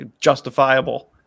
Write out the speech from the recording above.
justifiable